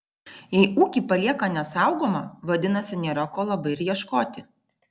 jei ūkį palieka nesaugomą vadinasi nėra ko labai ir ieškoti